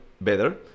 better